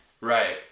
Right